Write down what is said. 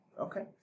Okay